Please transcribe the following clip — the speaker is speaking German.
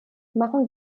machen